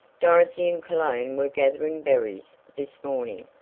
dorothy and cologne were gathering berries this morning,